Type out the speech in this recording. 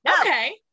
Okay